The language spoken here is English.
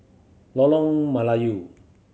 Lolong Melayu